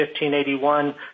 1581